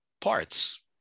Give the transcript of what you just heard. parts